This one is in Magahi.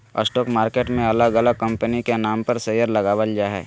स्टॉक मार्केट मे अलग अलग कंपनी के नाम पर शेयर लगावल जा हय